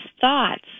thoughts